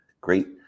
great